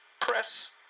press